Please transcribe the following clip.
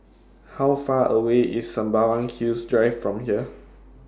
How Far away IS Sembawang Hills Drive from here